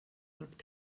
sagt